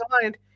designed